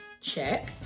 Check